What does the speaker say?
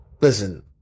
Listen